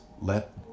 let